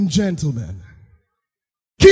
gentlemen